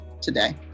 today